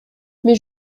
mais